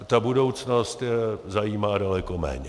Ta budoucnost je zajímá daleko méně.